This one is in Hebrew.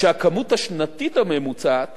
כשהכמות השנתית הממוצעת